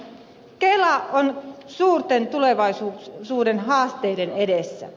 kela on suurten tulevaisuuden haasteiden edessä